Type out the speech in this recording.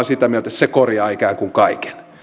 sitä mieltä että se korjaa ikään kuin kaiken